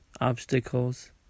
obstacles